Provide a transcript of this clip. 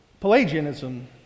Pelagianism